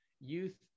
youth